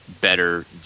better